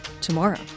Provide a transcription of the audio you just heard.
tomorrow